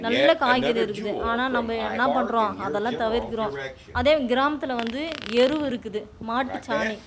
நல்ல காய்கறி இருக்குது ஆனால் நம்ப என்னாப் பண்ணுறோம் அதெல்லாம் தவிர்க்கிறோம் அதே கிராமத்தில் வந்து எரு இருக்குது மாட்டு சாணி